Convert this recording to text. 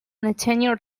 tenure